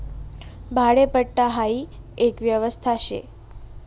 भाडेपट्टा हाई एक व्यवस्था शे